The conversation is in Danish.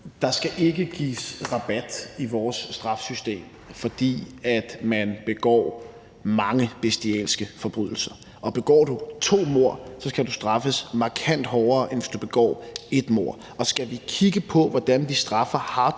Der skal ikke gives rabat i vores straffesystem, fordi man begår mange bestialske forbrydelser. Og begår du to mord, skal du straffes markant hårdere, end hvis du begår ét mord. Skal vi kigge på, hvordan vi straffer hardcore